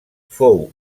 fou